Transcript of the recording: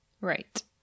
Right